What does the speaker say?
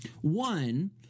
One